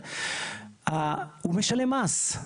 הוא משלם מס.